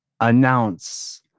announce